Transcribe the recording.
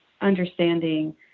understanding